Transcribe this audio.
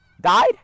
died